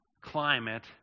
climate